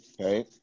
okay